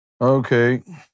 Okay